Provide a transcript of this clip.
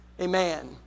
Amen